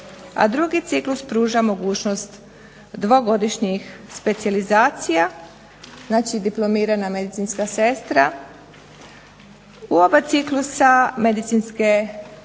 a drugi ciklus pruža mogućnost dvogodišnjih specijalizacija, znači diplomirana medicinska sestra. U oba ciklusa medicinske